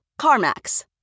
CarMax